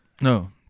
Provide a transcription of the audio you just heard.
No